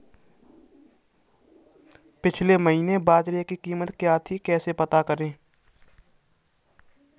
पिछले महीने बाजरे की कीमत क्या थी कैसे पता करें?